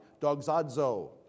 dogzadzo